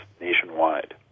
nationwide